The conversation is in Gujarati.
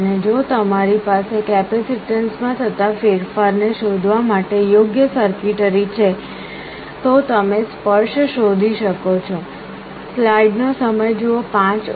અને જો તમારી પાસે કેપેસિટન્સમાં થતા ફેરફાર ને શોધવા માટે યોગ્ય સર્કિટરી છે તો તમે સ્પર્શ શોધી શકો છો